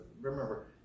remember